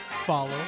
follow